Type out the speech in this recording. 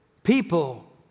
People